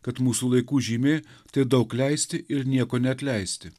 kad mūsų laikų žymė tai daug leisti ir nieko neatleisti